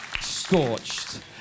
scorched